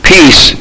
Peace